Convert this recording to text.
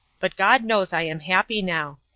but god knows i am happy now.